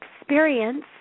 experience